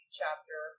chapter